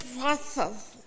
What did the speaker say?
process